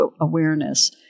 awareness